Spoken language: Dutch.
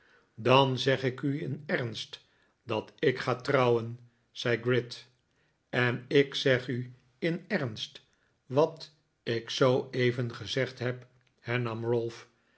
dan zeg ik u in ernst dat ik ga trouwen zei gride en ik zeg u in ernst wat ik zooeven gezegd heb hernam ralph